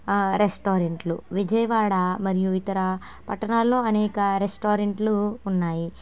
రెస్టారెంట్లు విజయవాడ మరియు ఇతర పట్టణాల్లో అనేక రెస్టారెంట్లు ఉన్నాయి